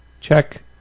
check